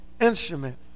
instrument